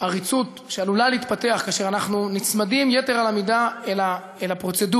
העריצות שעלולה להתפתח כאשר אנחנו נצמדים יתר על המידה אל הפרוצדורה,